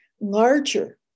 larger